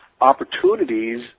opportunities